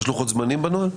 יש לוחות זמנים בנוהל?